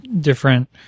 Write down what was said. different